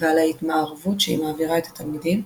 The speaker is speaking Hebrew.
ועל ההתמערבות שהיא מעבירה את התלמידים,